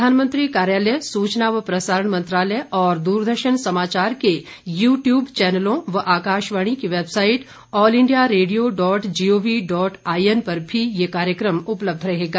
प्रधानमंत्री कार्यालय सूचना व प्रसारण मंत्रालय और द्रदर्शन समाचार के यूट्यूब चैनलों और आकाशवाणी की website All India Radio dot gov dot I N पर भी यह उपलब्ध रहेगा